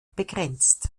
begrenzt